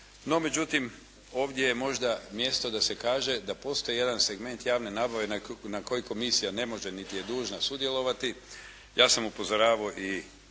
No međutim, ovdje je možda mjesto da se kaže da postoji jedan segment javne nabave na koji komisija ne može niti je dužna sudjelovati. Ja sam upozoravao i